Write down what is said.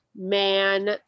man